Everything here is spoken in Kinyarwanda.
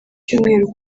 cyumweru